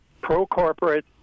pro-corporate